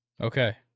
Okay